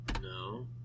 No